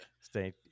stay –